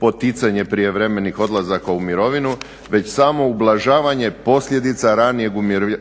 poticanje prijevremenih odlazaka u mirovinu već samo ublažavanje posljedica ranijeg